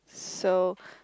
so